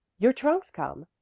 your trunk's come,